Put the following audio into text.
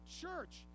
church